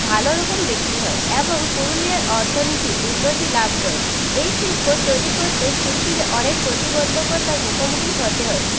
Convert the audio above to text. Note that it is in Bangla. ভালো রকম বিক্রি হয় এবং পুরুলিয়ার অর্থনীতি উন্নতি লাভ করে এই শিল্প তৈরি করতে শিল্পীর অনেক প্রতিবন্ধকতার মুখোমুখি হতে হয়